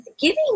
giving